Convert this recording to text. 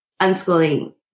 unschooling